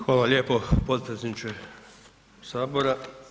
Hvala lijepo potpredsjedniče sabora.